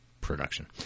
Production